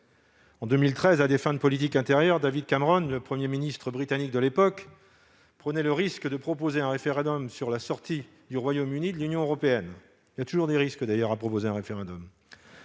En 2013, à des fins de politique intérieure, David Cameron, le Premier ministre britannique de l'époque, prenait le risque de proposer un référendum sur la sortie du Royaume-Uni de l'Union européenne. Proposer un référendum